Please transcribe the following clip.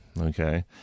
okay